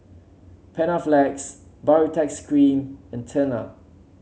Panaflex Baritex Cream and Tena